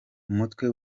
umutwe